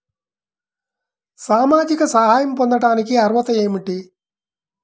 సామాజిక సహాయం పొందటానికి అర్హత ఏమిటి?